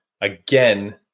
again